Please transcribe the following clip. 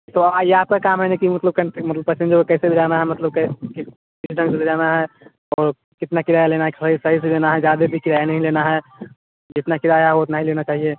तो आ यह आपका काम है ना कि मतलब मतलब पसेन्जर को कैसे ले जाना है मतलब कि किस ढंग से ले जाना है और कितना किराया लेना है खड़ी सही से लेना है ज़्यादा भी किराया नहीं लेना है जितना किराया उतना ही लेना चाहिए